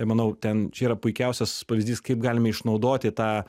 manau ten čia yra puikiausias pavyzdys kaip galime išnaudoti tą